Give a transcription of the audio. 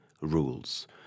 rules